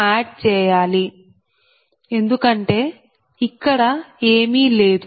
u add చేయాలి ఎందుకంటే ఇక్కడ ఏమీ లేదు